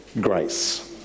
Grace